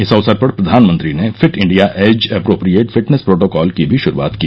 इस अवसर पर प्रधानमंत्री ने fit India age appropriate fitness protocol की भी शुरूआत की